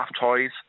toys